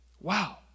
Wow